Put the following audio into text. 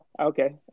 Okay